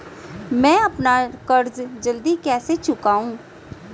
मैं अपना कर्ज जल्दी कैसे चुकाऊं?